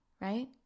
right